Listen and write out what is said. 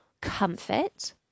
comfort